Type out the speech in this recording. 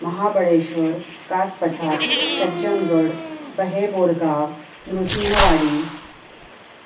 Mahabaleshwar Kas Pathar Sajjangad Baheborgaon Nrusinhwadi